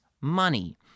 money